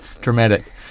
dramatic